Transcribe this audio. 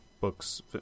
books